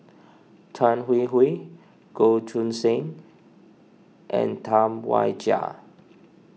Tan Hwee Hwee Goh Choo San and Tam Wai Jia